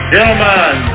Gentlemen